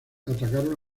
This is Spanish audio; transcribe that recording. atacaron